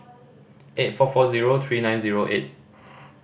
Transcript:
eight four four zero three nine zero eight